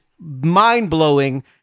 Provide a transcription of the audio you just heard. mind-blowing